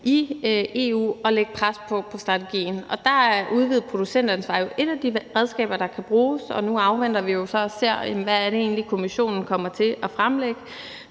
i EU at lægge pres på i forhold til strategien, og der er udvidet producentansvar jo et af de redskaber, der kan bruges. Nu afventer vi så at se, hvad det egentlig er, Kommissionen kommer til at fremlægge,